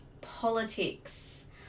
politics